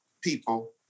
people